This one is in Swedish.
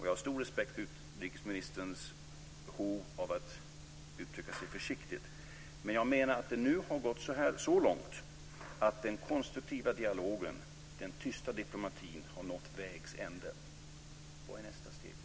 Jag har stor respekt för utrikesministerns behov av att uttrycka sig försiktigt, men jag menar att det nu har gått så långt att den konstruktiva dialogen - den tysta diplomatin - har nått vägs ände. Vad är nästa steg?